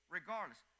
regardless